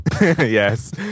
Yes